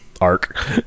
arc